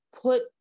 put